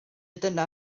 dyna